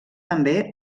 també